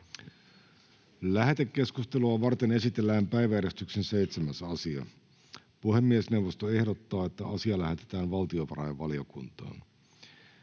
Lähetekeskustelua varten esitellään päiväjärjestyksen 7. asia. Puhemiesneuvosto ehdottaa, että asia lähetetään valtiovarainvaliokuntaan.